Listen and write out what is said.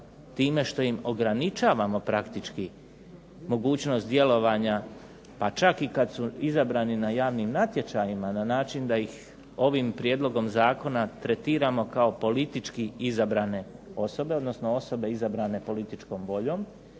time što im ograničavamo praktički mogućnost djelovanja, pa čak i kada su izabrani na javnim natječajima na način da ih ovim prijedlogom zakona tretiramo kao politički izabrane osobe odnosno osobe izabrane političkom voljom,